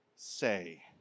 Say